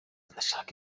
ndashaka